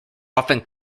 often